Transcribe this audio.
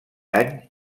any